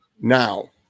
Now